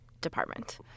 department